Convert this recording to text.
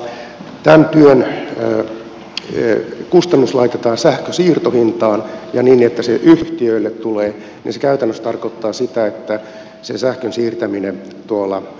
jos tämän työn kustannus laitetaan sähkön siirtohintaan ja niin että se yhtiöille tulee se käytännössä tarkoittaa sitä että se sähkön siirtäminen